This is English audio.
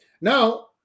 Now